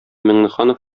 миңнеханов